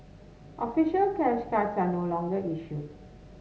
official cash cards are no longer issued